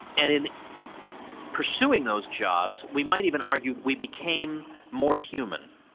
and in pursuing those jobs, we might even argue we became more human,